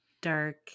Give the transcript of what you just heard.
dark